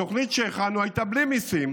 התוכנית שהכנו הייתה בלי מיסים.